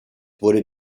wurde